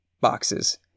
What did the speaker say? boxes